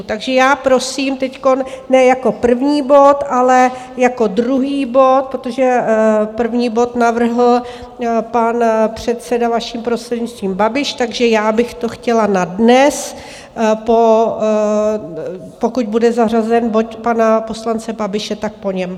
Takže já prosím teď ne jako první bod, ale jako druhý bod, protože první bod navrhl pan předseda, vaším prostřednictvím, Babiš, takže já bych to chtěla na dnes, pokud bude zařazen bod pana poslance Babiše, tak po něm.